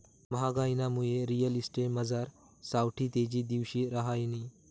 म्हागाईनामुये रिअल इस्टेटमझार सावठी तेजी दिवशी रहायनी